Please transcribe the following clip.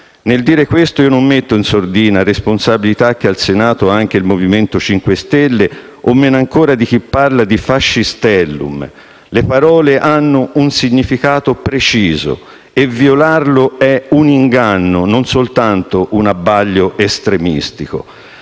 Nel dire questo non metto in sordina responsabilità che al Senato ha anche il Movimento 5 Stelle o, meno ancora, quelle di chi parla di "fascistellum": le parole hanno un significato preciso e violarlo è un inganno, non soltanto un abbaglio estremistico.